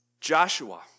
Joshua